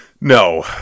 no